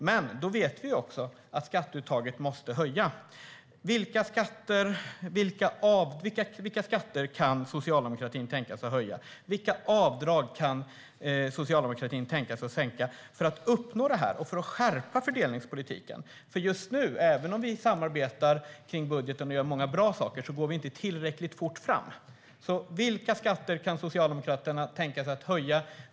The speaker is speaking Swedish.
Men vi vet att skatteuttaget måste höjas. Vilka skatter kan socialdemokratin tänka sig att höja? Vilka avdrag kan socialdemokratin tänka sig att sänka för att uppnå målet och skärpa fördelningspolitiken? Även om vi samarbetar om budgeten och gör många bra saker går vi inte tillräckligt fort fram. Vilka skatter kan Socialdemokraterna tänka sig att höja?